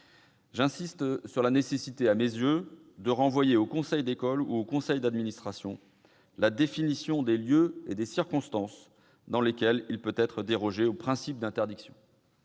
J'insiste sur la nécessité, à mes yeux, de renvoyer au conseil d'école ou au conseil d'administration la définition des lieux et des circonstances dans lesquels il peut être dérogé au principe d'interdiction.